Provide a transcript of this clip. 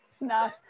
No